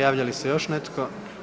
Javlja li se još netko?